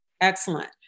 Excellent